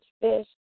fish